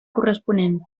corresponent